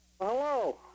hello